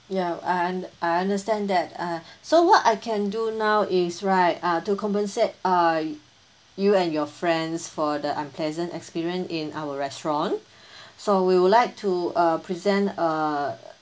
ya I un~ I understand that uh so what I can do now is right uh to compensate uh you and your friends for the unpleasant experience in our restaurant so we would like to uh present a